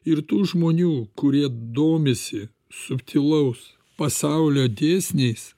ir tų žmonių kurie domisi subtilaus pasaulio dėsniais